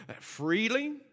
freely